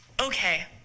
okay